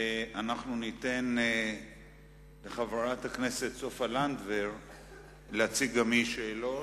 אנו ניתן גם לחברת הכנסת סופה לנדבר להציג שאלות,